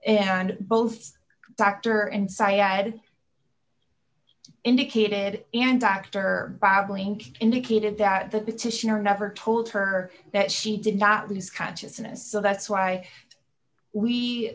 and both dr and siad indicated and actor bob link indicated that the petitioner never told her that she did not lose consciousness so that's why we